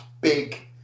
big